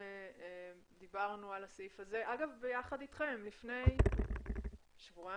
דברנו על הסעיף הזה יחד אתכם לפני כשבועיים.